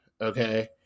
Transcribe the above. okay